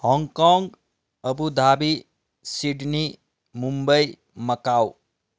Hong Kong Abu Dhabi Sydney Mumbai Macau